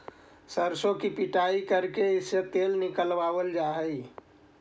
सरसों की पिड़ाई करके इससे तेल निकावाल जा हई